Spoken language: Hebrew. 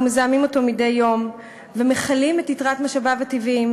אנחנו מזהמים אותו מדי יום ומכלים את יתרת משאביו הטבעיים.